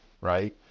right